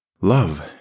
Love